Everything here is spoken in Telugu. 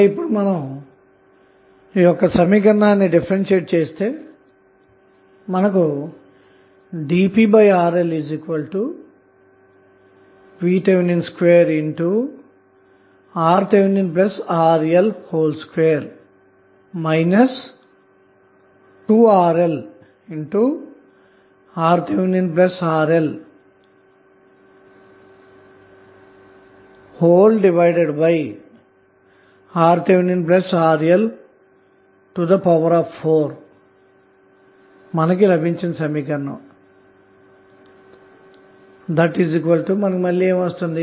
కాబట్టి ఇప్పుడుపవర్ యొక్క సమీకరణాన్నిమనం డిఫరెన్షియేట్ చేస్తే dpdRLVTh2RThRL2 2RLRThRLRThRL4 VTh2RThRL 2RLRThRL3 లభిస్తుంది